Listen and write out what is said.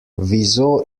wieso